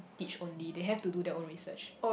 teach only they have to do their own research